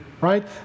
right